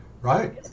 Right